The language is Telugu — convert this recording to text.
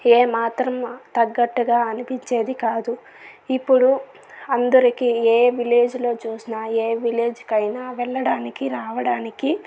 ఏ మాత్రం తగ్గట్టుగా అనిపించేది కాదు ఇప్పుడు అందరికి ఏ విలేజ్ లో చూసిన ఏ విలేజ్ కి అయినా వెళ్ళడానికి రావడానికి